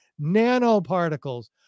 Nanoparticles